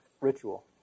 ritual